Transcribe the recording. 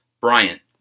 Bryant